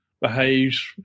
behaves